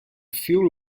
fuel